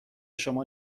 شما